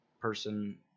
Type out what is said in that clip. person